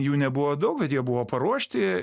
jų nebuvo daug bet jie buvo paruošti